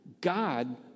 God